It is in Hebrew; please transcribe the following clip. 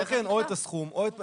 נבוא לכאן ונתקן או את הסכום או את ה-